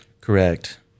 Correct